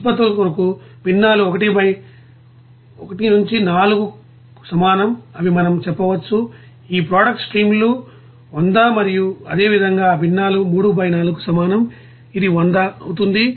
ఉత్పత్తుల కొరకు భిన్నాలు 1 నుంచి 4కు సమానం అని మనం చెప్పవచ్చు ఈ ప్రొడక్ట్ స్ట్రీమ్ లు 100 మరియు అదేవిధంగా ఆ భిన్నాలు 3 బై 4కు సమానం ఇది 100 అవుతుంది